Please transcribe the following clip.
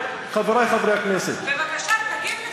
חברי חברי הכנסת, בבקשה, תגיב על זה.